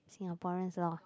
Singaporeans lor